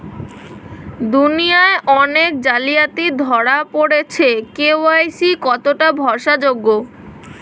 দুনিয়ায় অনেক জালিয়াতি ধরা পরেছে কে.ওয়াই.সি কতোটা ভরসা যোগ্য?